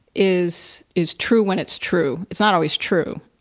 is is true when it's true, it's not always true.